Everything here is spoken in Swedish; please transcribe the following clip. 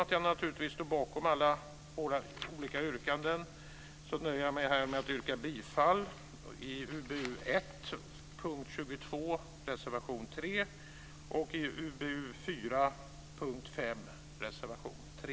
Jag står naturligtvis bakom alla våra olika yrkanden men nöjer mig här med att yrka bifall till reservation 3 under punkt 22 i UbU1 och till reservation 3